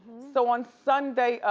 so on sunday,